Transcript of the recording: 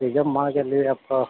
reserve मान के ले